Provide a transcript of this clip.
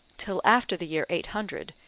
till after the year eight hundred,